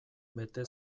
bete